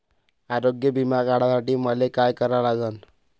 आरोग्य बिमा काढासाठी मले काय करा लागन?